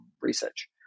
research